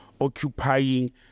occupying